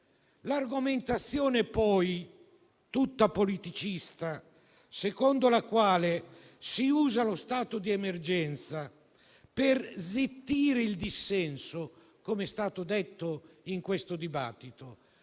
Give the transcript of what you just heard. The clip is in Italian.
L'argomentazione poi, tutta politicista, secondo la quale si usa lo stato di emergenza per zittire il dissenso - come è stato detto in questo dibattito